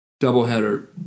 doubleheader